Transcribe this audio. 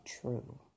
true